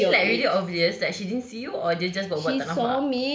is she like really obvious that she didn't see you or dia just buat buat tak nampak